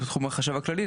זה בתחום החשב הכללי,